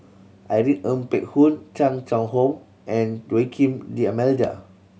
Irene Ng Phek Hoong Chan Chang How and Joaquim D'Almeida